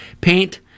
Paint